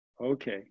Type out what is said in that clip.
okay